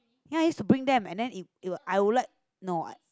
ya you should bring them and then it will I would like no